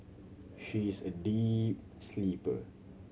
she is a deep sleeper